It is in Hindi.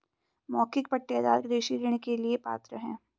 मौखिक पट्टेदार कृषि ऋण के लिए पात्र हैं